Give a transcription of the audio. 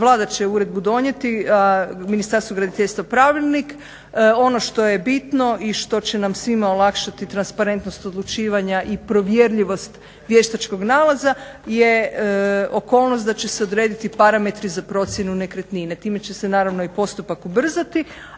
Vlada će uredbu donijeti a Ministarstvo graditeljstva pravilnik. Ono što je bitno i što će nam svima olakšati transparentnost odlučivanja i provjerljivost vještačkog nalaza je okolnost da će se odrediti parametri za procjenu nekretnine. Time će se naravno i postupak ubrzati.